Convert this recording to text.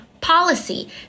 policy